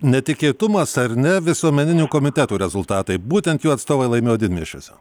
netikėtumas ar ne visuomeninių komitetų rezultatai būtent jų atstovai laimėjo didmiesčiuose